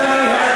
רבותי,